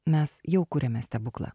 mes jau kuriame stebuklą